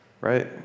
right